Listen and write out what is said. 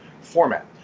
format